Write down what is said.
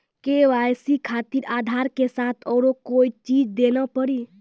KYC खातिर आधार के साथ औरों कोई चीज देना पड़ी?